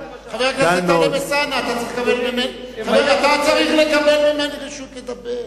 אתה צריך לקבל ממני רשות לדבר.